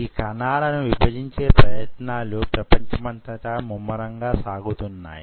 ఈ కణాలను విభజించే ప్రయత్నాలు ప్రపంచమంతా ముమ్మరంగా సాగుతున్నాయి